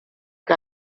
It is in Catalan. què